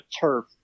turf